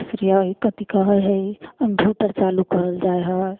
सूर्य कथी कहै है इन्भर्ट चालू करल जाइ है